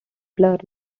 blurred